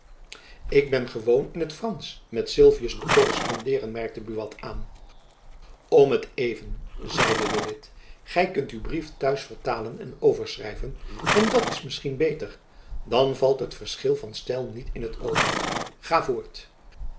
ik ben gewoon in t fransch met sylvius te korrespondeeren merkte buat aan om t even zeide de witt gy kunt uw brief t huis vertalen en overschrijven en dat is misschien beter dan valt het verschil van stijl niet in t oog ga voort